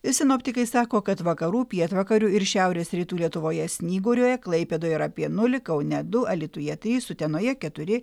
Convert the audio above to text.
sinoptikai sako kad vakarų pietvakarių ir šiaurės rytų lietuvoje snyguriuoja klaipėdoj yra apie nulį kaune du alytuje trys utenoje keturi